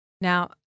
Now